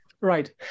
Right